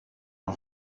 een